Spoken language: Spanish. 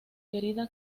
querida